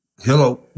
Hello